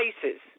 places